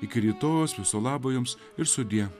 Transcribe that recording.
iki rytojaus viso labo jums ir sudie